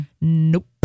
Nope